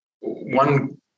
one